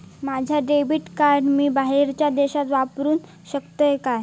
माझा debit card मी बाहेरच्या देशात वापरू शकतय काय?